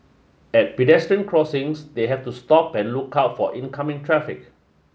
at pedestrian crossings they have to stop and look out for oncoming traffic